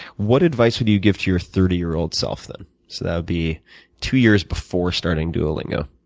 what advice would you give to your thirty year old self then? so that would be two years before starting duolingo.